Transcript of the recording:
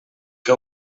què